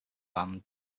band